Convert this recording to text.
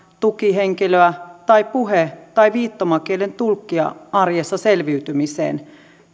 tukihenkilöä tai puhe tai viittomakielen tulkkia arjessa selviytymiseen